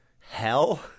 hell